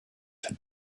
had